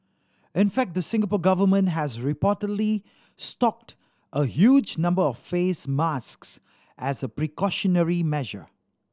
in fact the Singapore Government has reportedly stocked a huge number of face masks as a precautionary measure